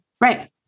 Right